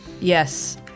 Yes